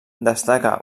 destaca